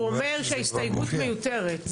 הוא אומר שההסתייגות מיותרת,